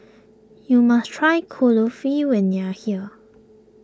you must try Kulfi when you are here